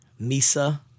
Misa